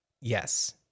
Yes